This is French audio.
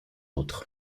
autres